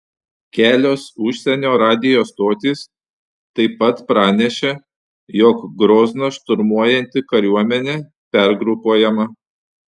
kelios užsienio radijo stotys taip pat pranešė jog grozną šturmuojanti kariuomenė pergrupuojama